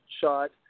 shot